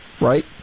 right